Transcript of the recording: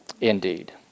indeed